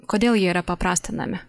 kodėl jie yra paprastinami